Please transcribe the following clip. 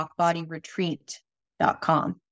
rockbodyretreat.com